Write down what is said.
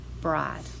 bride